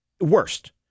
Worst